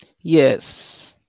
Yes